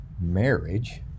marriage